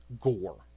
gore